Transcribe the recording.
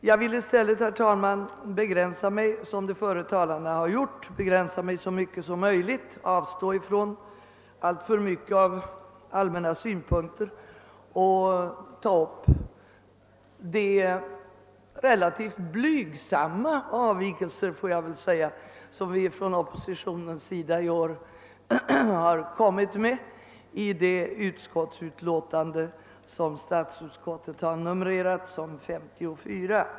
Jag vill därför i likhet med föregående talare begränsa mig så mycket som möjligt och avstå från att uppehålla mig vid de allmänna synpunkterna. Jag skall alltså begränsa mig till de relativt blygsamma — det är väl en riktig beteckning — avvikelser från majoritetens mening som oppositionspartierna redovisat i reservationer till statsutskottets utlåtande nr 54.